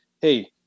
Hey